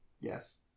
Yes